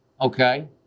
okay